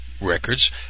records